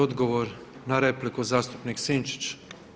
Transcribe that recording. Odgovor na repliku zastupnik Sinčić.